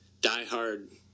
diehard